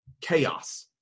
chaos